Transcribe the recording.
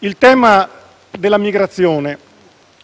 il tema della migrazione